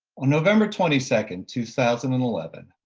on november twenty second, two thousand and eleven,